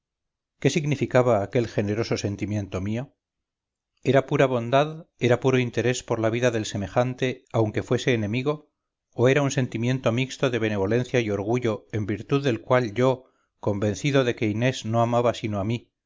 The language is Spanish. qué significaba aquel generoso sentimiento mío era pura bondad era puro interés por la vida del semejante aunque fuese enemigo o era un sentimiento mixto de benevolencia y orgullo en virtud del cual yo convencido de que inés no amaba sino a mí